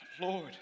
Lord